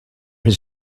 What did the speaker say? his